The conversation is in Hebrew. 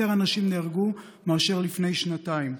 יותר אנשים נהרגו מאשר לפני שנתיים.